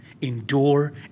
endure